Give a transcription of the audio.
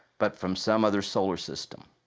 but from some other solar system.